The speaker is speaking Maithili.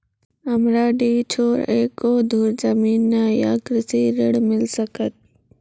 हमरा डीह छोर एको धुर जमीन न या कृषि ऋण मिल सकत?